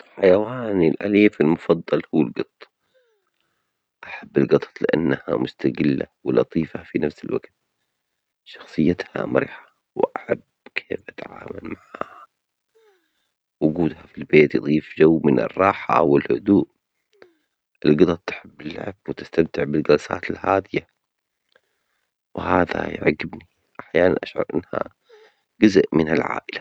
حيواني الأليف المفضل هو القط، أحب القطط لأنها مستقلة ولطيفة في نفس الوقت شخصيتها مرحة وأحب كيف أتعامل معها، وجودها في البيت يضيف جو من الراحة والهدوء، القطط تحب اللعب وتستمتع بالباسات الهادية وهذا يعجبني، أحيانًا أشعر أنها جزء من العائلة.